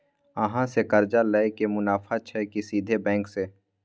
अहाँ से कर्जा लय में मुनाफा छै की सीधे बैंक से?